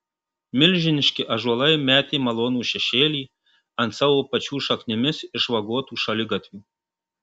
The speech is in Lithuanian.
milžiniški ąžuolai metė malonų šešėlį ant savo pačių šaknimis išvagotų šaligatvių